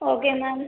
okay ma'am